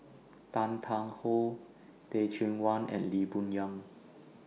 Tan Tarn How Teh Cheang Wan and Lee Boon Yang